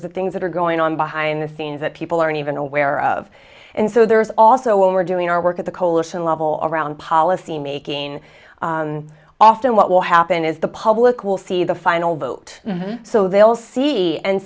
the things that are going on behind the scenes that people aren't even aware of and so there's also we're doing our work at the coalition level or around policy making often what will happen is the public will see the final vote so they'll see and